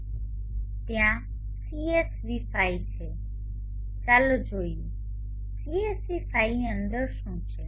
તેથી ત્યાં CSV file છે ચાલો જોઈએ CSV ફાઇલની અંદર શું છે